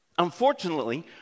Unfortunately